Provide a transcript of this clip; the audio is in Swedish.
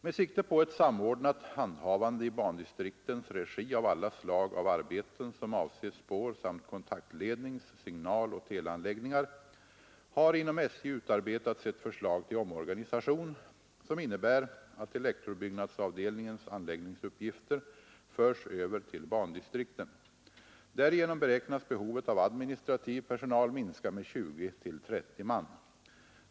Med sikte på ett samordnat handhavande i bandistriktens regi av alla slag av arbeten som avser spårsamt kontaktlednings-, signaloch teleanläggningar har inom SJ utarbetats ett förslag till omorganisation, som innebär att elektrobyggnadsavdelningens anläggningsuppgifter förs över till bandistrikten. Därigenom beräknas behovet av administrativ personal minska med 20—30 man.